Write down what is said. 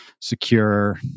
secure